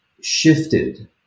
shifted